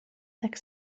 tak